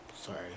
Sorry